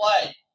play